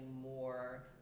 more